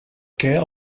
què